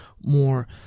more